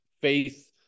faith